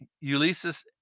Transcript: Ulysses